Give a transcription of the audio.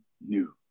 new